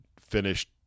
finished